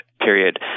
period